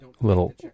little